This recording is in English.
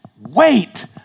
wait